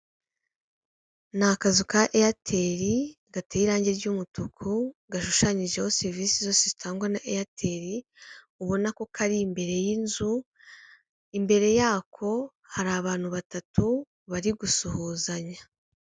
Ni akazu ka Eyateri, gateye irangi ry'umutuku, gashushanyijeho serivisi zose zitangwa na Eyateri, ubona ko kari imbere y'inzu, imbere yako hari abantu batatu, bari gusuhuzanya.